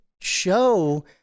show